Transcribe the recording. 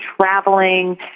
traveling